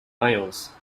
males